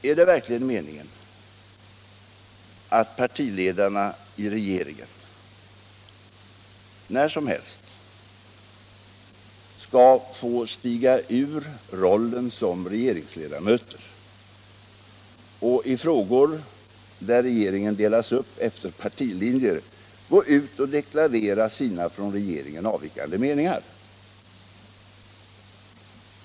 Är det verkligen meningen att partiledarna i regeringen när = politiken som helst skall få stiga ur rollen som regeringsledamöter och i frågor där regeringen delas upp efter partilinjer gå ut och deklarera sina från regeringens ståndpunkt avvikande uppfattningar?